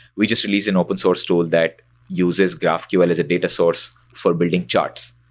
we just released an open source tool that uses graphql as a data source for building charts,